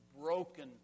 Broken